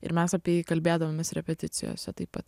ir mes apie jį kalbėdavomės repeticijose taip pat